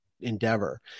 endeavor